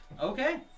Okay